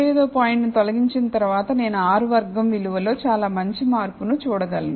35 వ పాయింట్ తొలగించిన తరువాత నేను R వర్గం విలువలో చాలా మంచి మార్పును చూడగలను